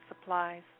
supplies